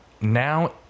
now